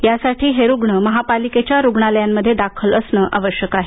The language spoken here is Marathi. यासाठी हे रुग्ण महापालिकेच्या रुग्णालयांमध्ये दाखल असणं आवश्यक आहे